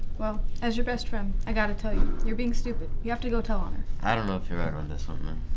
well, as your best friend, i've got to tell you, you're being stupid. you have to go tell on her. i don't know if you're right on this one, man.